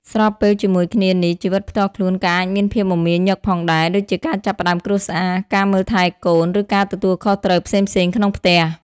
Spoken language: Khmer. ស្របពេលជាមួយគ្នានេះ ជីវិតផ្ទាល់ខ្លួនក៏អាចមានភាពមមាញឹកផងដែរ ដូចជាការចាប់ផ្តើមគ្រួសារ ការមើលថែកូន ឬការទទួលខុសត្រូវផ្សេងៗក្នុងផ្ទះ។